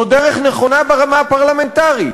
זו דרך נכונה ברמה הפרלמנטרית,